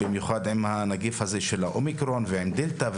במיוחד עם נגיף האומיקרון ועם דלתא,